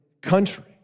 country